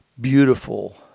beautiful